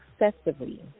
excessively